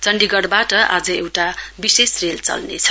चण्डीगडबाट आज एउटा विशेष रेल चल्नेछ